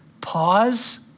Pause